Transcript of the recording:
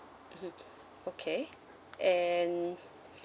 mmhmm okay and